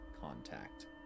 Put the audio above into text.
contact